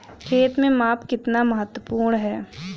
खेत में माप कितना महत्वपूर्ण है?